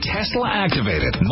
Tesla-activated